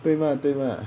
对吗对吗